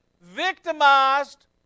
victimized